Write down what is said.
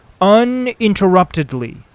uninterruptedly